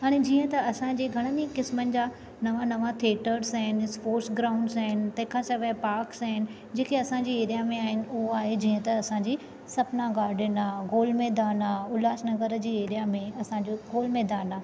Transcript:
हाणे जीअं त असांजे घणनि ई क़िस्मनि जा नवां नवां थेटर्स आहिनि स्पोट्स ग्राउंड्स आहिनि तंहिं खां सवाइ पाक्स आहिनि जेके असांजी एरिया में आहिनि उहा आहे जीअं त असांजी सपना गार्डन आहे गोल मैदान आहे उल्हासनगर जी एरिया में असांजो गोल मैदान आहे